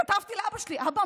כתבתי לאבא שלי: אבא,